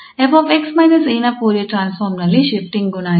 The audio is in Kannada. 𝑓𝑥 − 𝑎 ನ ಫೋರಿಯರ್ ಟ್ರಾನ್ಸ್ಫಾರ್ಮ್ ನಲ್ಲಿ ಶಿಫ್ಟಿಂಗ್ ಗುಣ ಇತ್ತು